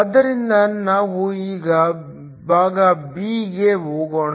ಆದ್ದರಿಂದ ನಾವು ಈಗ ಭಾಗ ಬಿ ಗೆ ಹೋಗೋಣ